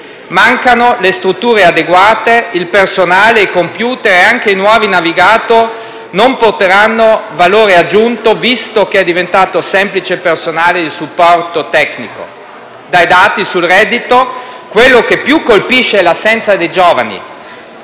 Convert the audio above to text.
Mancano le strutture adeguate, il personale, i computer e anche i nuovi *navigator* non porteranno valore aggiunto, visto che è diventato semplice personale di supporto tecnico. Dai dati sul reddito quello che più colpisce è l'assenza dei giovani.